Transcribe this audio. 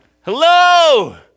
Hello